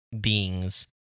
beings